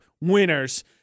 winners